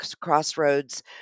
crossroads